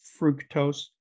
fructose